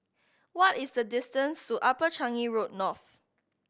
what is the distance to Upper Changi Road North